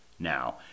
Now